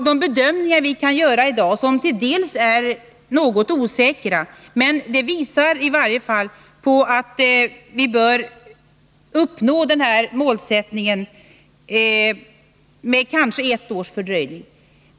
De bedömningar vi kan göra i dag — som dock är något osäkra — visar i varje fall på att vi bör uppnå denna målsättning med kanske ett års fördröjning.